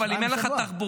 אבל אם אין לך תחבורה,